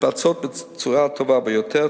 מתבצעות בצורה הטובה ביותר,